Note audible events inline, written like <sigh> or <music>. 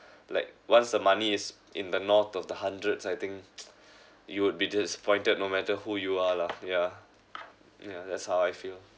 like once the money is in the north of the hundreds I think <noise> you would be disappointed no matter who you are lah yeah yeah that's how I feel